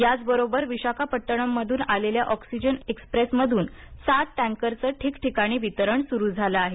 याचबरोबर विशाखापट्टणममधून आलेल्या ऑक्सिजन एक्स्प्रेसमधून सात टँकरचं ठिकठिकाणी वितरण सुरू झालं आहे